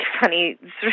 funny